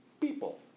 people